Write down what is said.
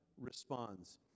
responds